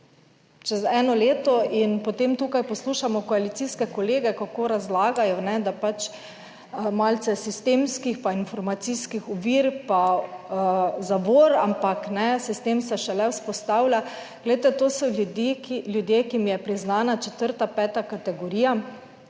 Čez eno leto. In potem tukaj poslušamo koalicijske kolege, kako razlagajo, da pač malce sistemskih pa informacijskih ovir, pa zavor, ampak sistem se šele vzpostavlja. Glejte to so ljudje. Ljudje, ki jim je priznana četrta, peta kategorija,